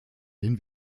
den